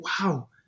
wow